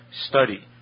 study